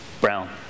brown